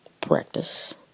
practice